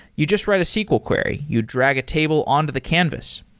you just write a sql query. you drag a table on to the canvas.